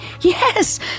yes